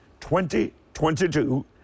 2022